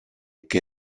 che